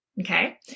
okay